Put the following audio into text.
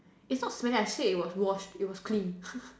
it's not finished I said it was washed it was cleaned